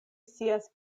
scias